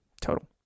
Total